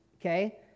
okay